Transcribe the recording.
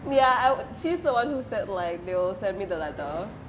ya i~ she's the [one] who said like they will send me the letter